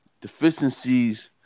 deficiencies